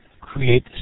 create